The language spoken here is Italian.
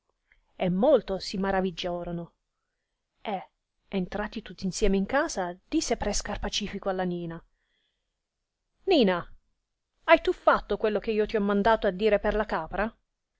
e molto si maravigiiorono e entrati tutti insieme in casa disse pre scarpaciflco alla nina nina hai tu fatto quello che io ti ho mandato a dire per la capra